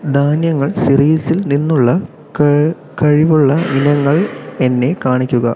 ധാന്യങ്ങൾ സിറീൽസിൽ നിന്നുള്ള കഴിവുള്ള ഇനങ്ങൾ എന്നെ കാണിക്കുക